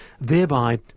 thereby